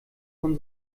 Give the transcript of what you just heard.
von